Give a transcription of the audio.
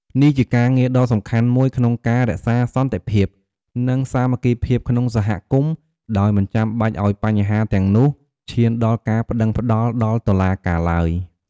នេះជាការងារដ៏សំខាន់មួយក្នុងការរក្សាសន្តិភាព និងសាមគ្គីភាពក្នុងសហគមន៍ ដោយមិនចាំបាច់ឱ្យបញ្ហាទាំងនោះឈានដល់ការប្តឹងប្តល់ដល់តុលាការឡើយ។